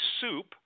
soup